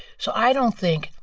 so i don't think,